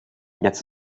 jetzt